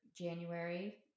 January